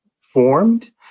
formed